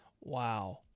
Wow